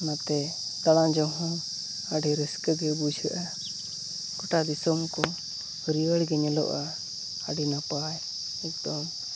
ᱚᱱᱟᱛᱮ ᱫᱟᱬᱟᱡᱚᱝᱦᱚᱸ ᱟᱹᱰᱤ ᱨᱟᱹᱥᱠᱟᱹᱜᱮ ᱵᱩᱡᱷᱟᱹᱜᱼᱟ ᱜᱚᱴᱟ ᱫᱤᱥᱚᱢᱠᱚ ᱦᱟᱹᱨᱭᱟᱹᱲᱜᱮ ᱧᱮᱞᱚᱜᱼᱟ ᱟᱹᱰᱤ ᱱᱟᱯᱟᱭ ᱮᱠᱫᱚᱢ